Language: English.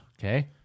Okay